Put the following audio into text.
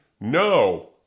no